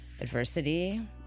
adversity